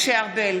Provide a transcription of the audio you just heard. התקבלה.